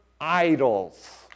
idols